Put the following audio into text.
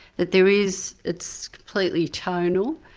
that there is, it's completely tonal,